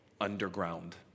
underground